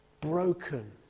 Broken